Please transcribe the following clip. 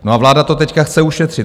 A vláda to teď chce ušetřit.